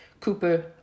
Cooper